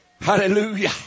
Hallelujah